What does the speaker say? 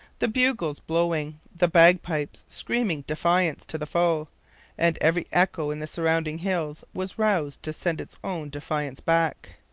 the bugles blowing, the bagpipes screaming defiance to the foe and every echo in the surrounding hills was roused to send its own defiance back.